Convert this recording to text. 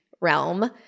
realm